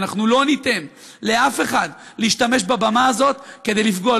אנחנו לא ניתן לאף אחד להשתמש בבמה הזאת כדי לפגוע,